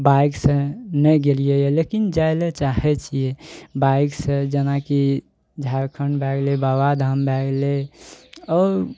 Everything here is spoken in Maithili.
बाइकसँ नहि गेलियइ यऽ लेकिन जाइ लए चाहय छियै बाइकसँ जेनाकि झारखण्ड भए गेलय बाबाधाम भए गेलय और